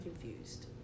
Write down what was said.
confused